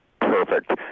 perfect